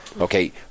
Okay